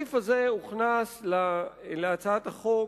הסעיף הזה הוכנס להצעת החוק